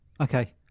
Okay